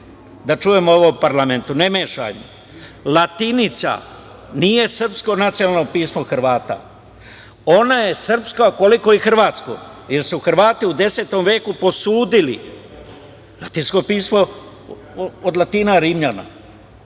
da čujemo to u ovom parlamentu. Ne mešajmo. Latinica nije srpsko nacionalno pismo Hrvata. Ona je srpska koliko i hrvatska, jer su Hrvati u X veku posudili latinsko pismo od Latina Rimljana